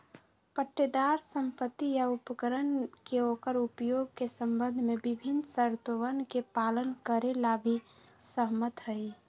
पट्टेदार संपत्ति या उपकरण के ओकर उपयोग के संबंध में विभिन्न शर्तोवन के पालन करे ला भी सहमत हई